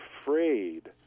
afraid